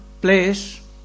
place